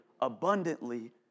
abundantly